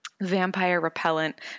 vampire-repellent